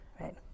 right